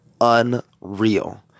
unreal